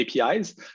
APIs